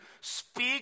speak